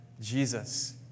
Jesus